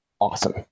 awesome